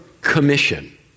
commission